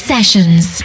Sessions